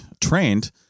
trained